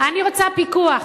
אני רוצה פיקוח.